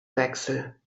wechsel